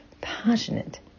passionate